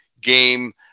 game